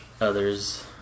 others